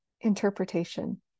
interpretation